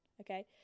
Okay